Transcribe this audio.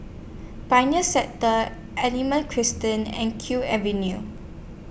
Pioneer Sector aliment cresting and Q Avenue